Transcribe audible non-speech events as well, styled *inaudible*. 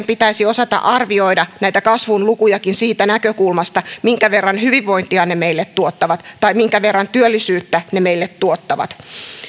*unintelligible* pitäisi osata arvioida näitä kasvun lukuja siitä näkökulmasta minkä verran hyvinvointia ne meille tuottavat tai minkä verran työllisyyttä ne meille tuottavat